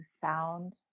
sound